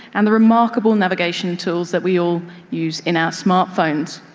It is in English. and the remarkable navigation tools that we all use in our smart phones.